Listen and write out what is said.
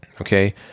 okay